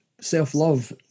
self-love